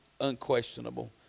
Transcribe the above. unquestionable